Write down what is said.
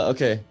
Okay